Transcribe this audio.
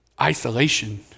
Isolation